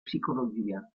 psicologia